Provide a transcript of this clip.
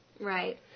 Right